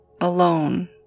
alone